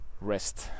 rest